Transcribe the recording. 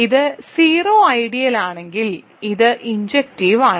ഇത് 0 ഐഡിയലാണെങ്കിൽ അത് ഇൻജെക്ടിവ് ആണ്